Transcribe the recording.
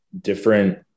different